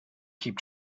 keep